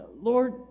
Lord